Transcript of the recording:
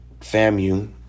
FAMU